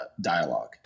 dialogue